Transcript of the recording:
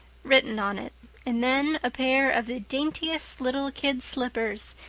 written on it and then, a pair of the daintiest little kid slippers,